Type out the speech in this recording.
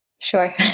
Sure